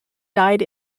died